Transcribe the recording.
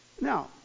Now